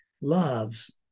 loves